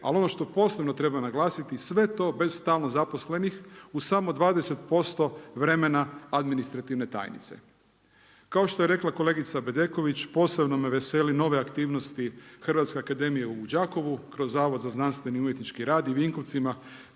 ali ono što posebno treba naglasiti sve to bez stalno zaposlenih u samo 20% vremena administrativne tajnice. Kao što je rekla kolegica Bedeković posebno me vesele nove aktivnosti Hrvatske akademije u Đakovu kroz Zavod za znanstveni umjetnički rad u Vinkovcima,